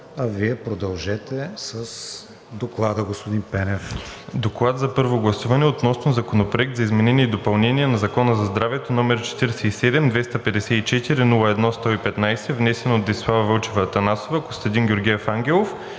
А Вие продължете с Доклада, господин Пенев.